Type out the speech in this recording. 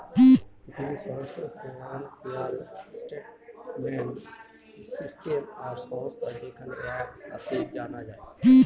পৃথিবীর সমস্ত financial system আর সংস্থা যেখানে এক সাঙে জানা যায়